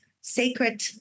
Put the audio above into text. sacred